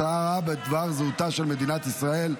הצהרה בדבר זהותה של מדינת ישראל),